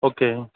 okay